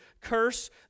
curse